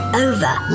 over